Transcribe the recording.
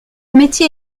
métier